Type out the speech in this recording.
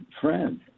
friend